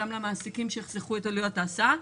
וגם למעסיקים שיחסכו את עלויות ההסעה.